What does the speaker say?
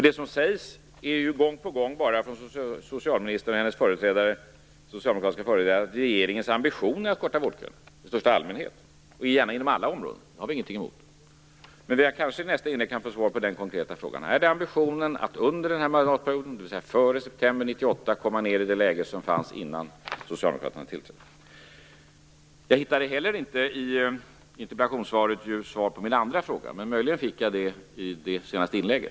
Det som socialministern och hennes socialdemokratiska företrädare gång på gång har sagt är bara att regeringens ambition är att korta vårdköerna i största allmänhet, gärna inom alla områden. Det har vi ingenting emot. Men jag skulle ändå gärna vilja ha ett svar på min konkreta fråga: Är det regeringens ambition att under den här mandatperioden, dvs. före september 1998, minska köerna till den nivå som fanns innan Socialdemokraterna tillträdde? Jag hittade heller inte i interpellationssvaret något svar på min andra fråga, men möjligen fick jag ett svar i socialministerns senaste inlägg.